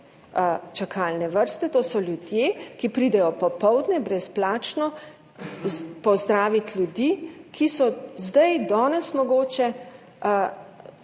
čakalne vrste, to so ljudje, ki pridejo popoldne brezplačno pozdravit ljudi, ki so danes mogoče